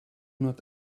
not